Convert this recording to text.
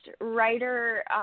writer